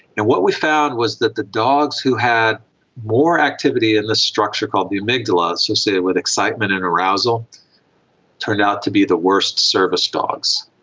and what we found was that the dogs who had more activity in this structure called the amygdala associated with excitement and arousal turned out to be the worst service dogs.